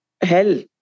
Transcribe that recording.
hell